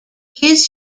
his